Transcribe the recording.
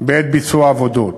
בעת ביצוע העבודות.